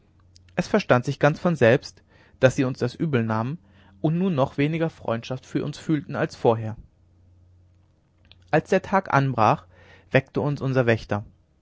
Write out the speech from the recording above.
es verstand sich ganz von selbst daß sie uns das übel nahmen und nun noch weniger freundschaft für uns fühlten als vorher als der tag anbrach weckte uns unser wächter